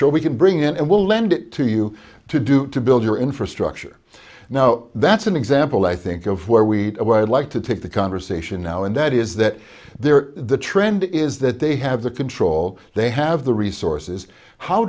offshore we can bring it and will lend it to you to do to build your infrastructure now that's an example i think of where we would like to take the conversation now and that is that there the trend is that they have the control they have the resources how